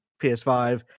PS5